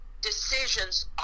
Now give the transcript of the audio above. decisions